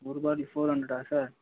ஒரு bottle four ஹண்ட்ரடா sir